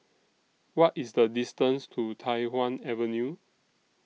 What IS The distance to Tai Hwan Avenue